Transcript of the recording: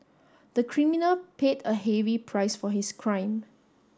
the criminal paid a heavy price for his crime